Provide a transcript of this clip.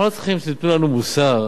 אנחנו לא צריכים שתיתנו לנו מוסר